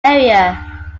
area